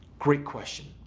great question.